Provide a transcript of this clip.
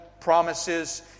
promises